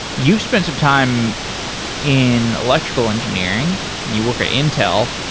you've spent some time in electrical engineering and you work at intel.